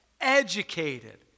educated